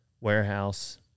Warehouse